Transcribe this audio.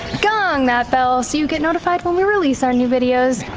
gong that bell, so you get notified when we release our new videos.